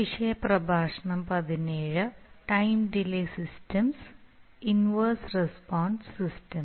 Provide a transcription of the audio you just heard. അടയാളവാക്കുകൾ response time delay function phase margin frequency flow rate gain margin